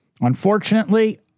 Unfortunately